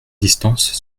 distance